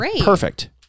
perfect